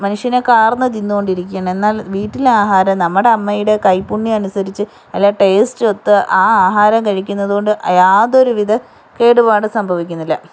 മനുഷ്യനെ കാർന്ന് തിന്ന് കൊണ്ടിരിക്കുകയാണ് എന്നാൽ വീട്ടിലെ ആഹാരം നമ്മുടെ അമ്മയുടെ കൈപ്പുണ്യമനുസരിച്ച് നല്ല ടേസ്റ്റൊത്ത് ആ ആഹാരം കഴിക്കുന്നത് കൊണ്ട് യാതൊരു വിധ കേടുപാട് സംഭവിക്കുന്നില്ല